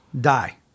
die